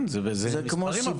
כן, אבל זה מספרים.